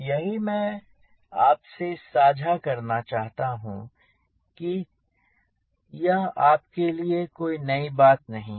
यही मैं आपसे साझा करना चाहता हूँ कि यह आपके लिए कोई नई बात नहीं है